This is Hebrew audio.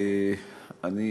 למה